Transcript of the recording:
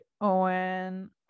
owen